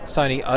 Sony